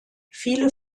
viele